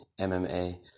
mma